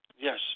Yes